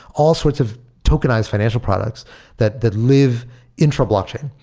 all sorts of tokenized financial products that that live into a blockchain.